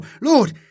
Lord